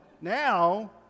now